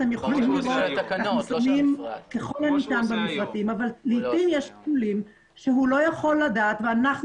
אנחנו מטמיעים במפרטים אבל לעתים יש שיקולים שהוא לא יכול לדעת ואנחנו